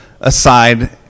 aside